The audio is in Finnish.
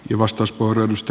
arvoisa puhemies